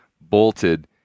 bolted